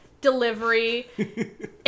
delivery